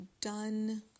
done